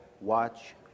watch